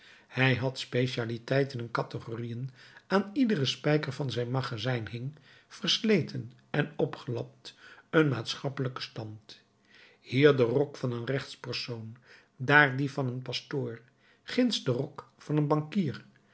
hij had specialiteiten en categorieën aan iederen spijker van zijn magazijn hing versleten en opgelapt een maatschappelijke stand hier de rok van een gerechtspersoon daar die van een pastoor ginds de rok van een bankier